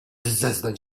zeznań